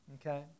Okay